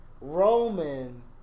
Roman